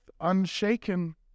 unshaken